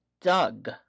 Doug